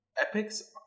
epics